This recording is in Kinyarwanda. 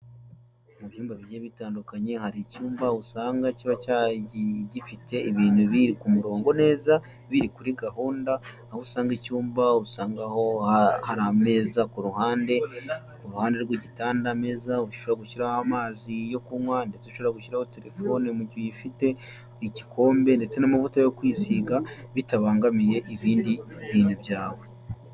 Mu byumba bigiye bitandukanye hari icyumba usanga kiba cyagiye gifite ibintu biri ku murongo neza, biri kuri gahunda, aho usanga icyumba usangaho hari ameza ku ruhande, ku ruhande rw'igitanda, ameza ushobora gushyiraho amazi yo kunywa, ndetse ushobora gushyiraho telefone mu gihe uyifite, igikombe ndetse n'amavuta yo kwisiga, bitabangamiye ibindi bintu byawe.